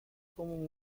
como